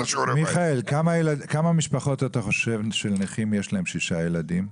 לכמה משפחות נכים אתה חושב שיש שישה ילדים?